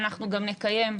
ואנחנו גם נקיים,